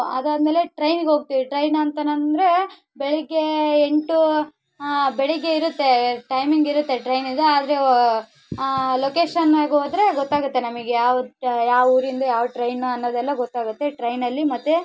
ಅದಾದಮೇಲೆ ಟ್ರೈನಿಗೆ ಹೋಗ್ತೀವಿ ಟ್ರೈನ್ ಅಂತಾನಂದ್ರೇ ಬೆಳಿಗ್ಗೆ ಎಂಟು ಬೆಳಿಗ್ಗೆ ಇರುತ್ತೆ ಟೈಮಿಂಗ್ ಇರುತ್ತೆ ಟ್ರೈನಿದು ಆದರೆ ಲೊಕೇಶನ್ಗೆ ಹೋದರೆ ಗೊತ್ತಾಗುತ್ತೆ ನಮಗೆ ಯಾವ ಯಾವ ಊರಿಂದು ಯಾವ ಟ್ರೈನು ಅನ್ನೋದೆಲ್ಲ ಗೊತ್ತಾಗುತ್ತೆ ಟ್ರೈನಲ್ಲಿ ಮತ್ತೆ